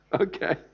Okay